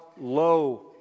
low